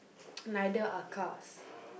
neither are cars